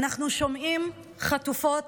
אנחנו שומעים חטופות